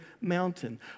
mountain